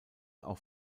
auch